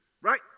Right